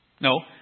No